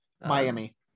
Miami